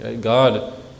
God